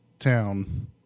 town